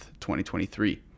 2023